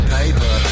paper